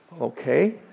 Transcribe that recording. Okay